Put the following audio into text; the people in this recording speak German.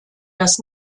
das